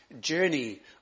journey